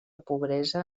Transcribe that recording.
pobresa